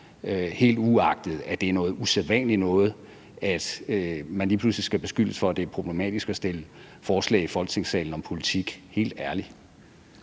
helt uagtet at det er noget usædvanligt noget, at man lige pludselig skal beskyldes for, at det er problematisk at fremsætte forslag i Folketingssalen om politik. Helt ærligt!